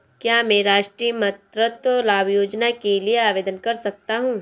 क्या मैं राष्ट्रीय मातृत्व लाभ योजना के लिए आवेदन कर सकता हूँ?